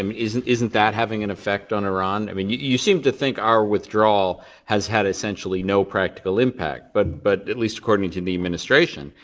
um isn't isn't that having an effect on iran? i mean you you see to think our withdrawal has had essentially no practical impact, but but at least according to the administration,